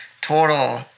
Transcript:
total